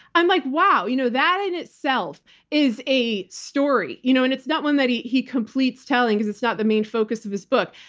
i'm like, wow. you know that in itself is a story. you know and it's not one that he he completes telling because it's not the main focus of his book.